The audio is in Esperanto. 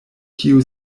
kiu